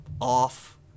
off